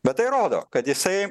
bet tai rodo kad jisai